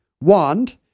wand